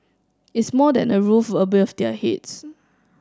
it's more than a roof above their heads